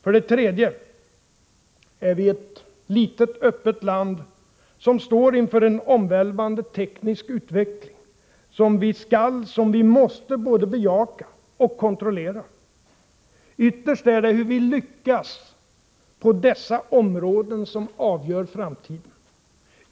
För det tredje är vi ett litet öppet land som står inför en omvälvande teknisk utveckling, som vi skall och som vi måste både bejaka och kontrollera. Ytterst är det hur vi lyckats på dessa områden som avgör framtiden.